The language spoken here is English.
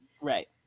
Right